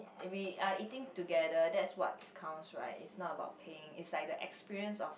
we are eating together that's what's counts right is not about paying is like the experience of